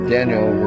Daniel